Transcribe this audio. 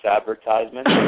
advertisement